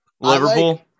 Liverpool